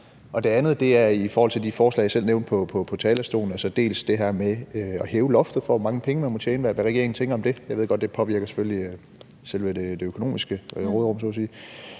Det andet er i forhold til de forslag, jeg selv nævnte fra talerstolen, altså bl.a. det her med at hæve loftet for, hvor mange penge man må tjene. Hvad tænker regeringen om det? Jeg ved godt, at det selvfølgelig påvirker selve det økonomiske råderum